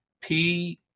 P-